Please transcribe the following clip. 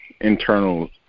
internal